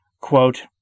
Quote